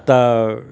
आता